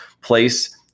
place